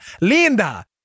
Linda